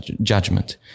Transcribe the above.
judgment